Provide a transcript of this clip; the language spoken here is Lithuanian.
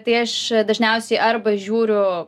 tai aš dažniausiai arba žiūriu